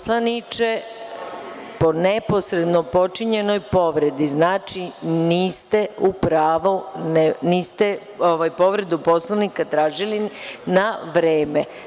Poslaniče, po neposredno počinjenoj povredi, znači, niste u pravu, niste povredu Poslovnika tražili na vreme.